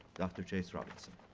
dr. chase robinson.